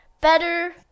Better